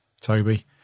Toby